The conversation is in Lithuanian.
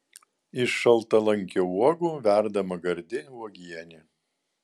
iš šaltalankių uogų verdama gardi uogienė